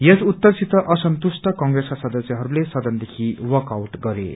यस उत्तरसित असंतुष्ट कांग्रेसका सदस्यहरूले सदनदेखि वाँक आउट गरे